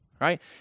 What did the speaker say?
right